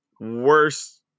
worst